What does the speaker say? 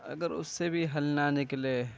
اگر اس سے بھی حل نا نکلے